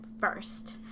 first